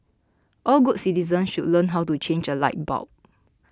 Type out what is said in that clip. all good citizens should learn how to change a light bulb